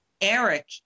Eric